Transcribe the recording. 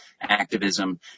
activism